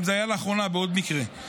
זה גם היה לאחרונה בעוד מקרה,